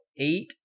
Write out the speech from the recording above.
eight